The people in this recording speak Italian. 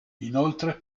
inoltre